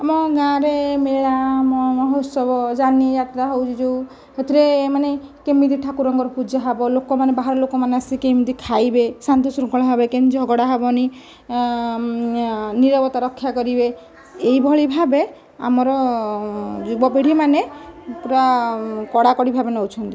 ଆମ ଗ୍ରାମରେ ମେଳା ଆମ ମହୋତ୍ସବ ଯାନିଯାତ୍ରା ହେଉଛି ଯେଉଁ ସେଥିରେ ମାନେ କେମିତି ଠାକୁରଙ୍କର ପୂଜା ହେବ ଲୋକମାନେ ବାହାର ଲୋକମାନେ ଆସି କେମିତି ଖାଇବେ ଶାନ୍ତି ଶୃଙ୍ଖଳା ଭାବେ କେମିତି ଝଗଡ଼ା ହେବନି ନୀରବତା ରକ୍ଷା କରିବେ ଏହି ଭଳି ଭାବେ ଆମର ଯୁବପିଢ଼ି ମାନେ ପୁରା କଡ଼ାକଡ଼ି ଭାବେ ନେଉଛନ୍ତି